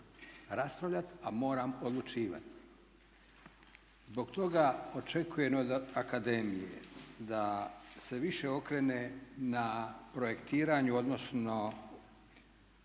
raspravljati a moram odlučivati. Zbog toga očekujem od akademije da se više okrene na projektiranju, odnosno